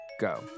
go